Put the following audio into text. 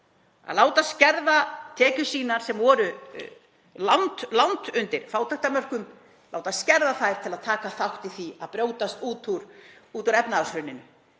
að láta skerða tekjur sínar sem voru langt undir fátæktarmörkum, láta skerða þær til að taka þátt í því að brjótast út úr efnahagshruninu,